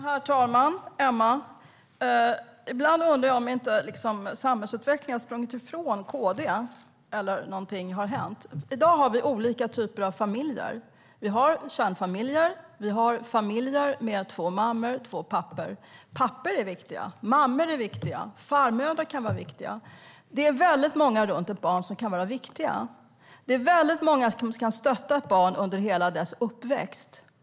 Herr talman! Emma Henriksson! Ibland undrar jag om inte samhällsutvecklingen har sprungit ifrån KD eller att någonting har hänt. I dag har vi olika typer av familjer. Vi har kärnfamiljer. Vi har familjer med två mammor och med två pappor. Pappor är viktiga. Mammor är viktiga. Farmödrar kan vara viktiga. Det är många runt ett barn som kan vara viktiga. Det är väldigt många som kan stötta ett barn under hela dess uppväxt.